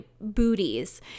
booties